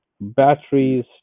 Batteries